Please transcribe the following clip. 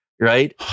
right